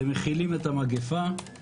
אתם מכילים את המגפה,